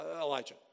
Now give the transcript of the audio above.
Elijah